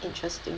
interesting